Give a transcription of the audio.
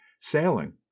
sailing